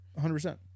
100%